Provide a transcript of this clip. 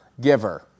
giver